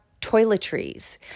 toiletries